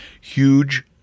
huge